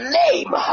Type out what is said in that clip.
name